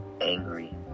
angry